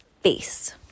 face